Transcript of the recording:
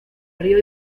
río